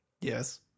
yes